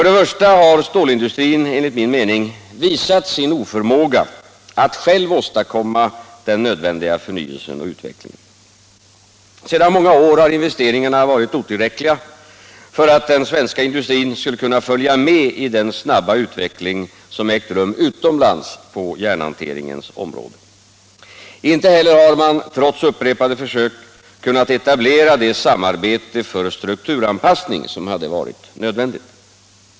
Det första skälet var att stålindustrin enligt min mening har visat sin oförmåga att själv åstadkomma den nödvändiga förnyelsen och utvecklingen. Sedan många år har investeringarna varit otillräckliga för att den svenska industrin skulle kunna följa med i den snabba utveckling som ägt rum utomlands på järnhanteringens område. Inte heller har man, trots upprepade försök, kunnat etablera det samarbete för strukturanpassning som hade varit nödvändigt.